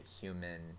Human